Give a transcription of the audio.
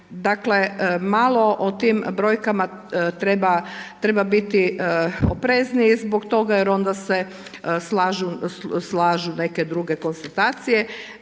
Dakle, malo o tim brojkama treba biti oprezniji jer zbog toga onda se slažu neke druge konstatacije.